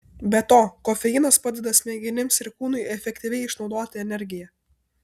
be to kofeinas padeda smegenims ir kūnui efektyviai išnaudoti energiją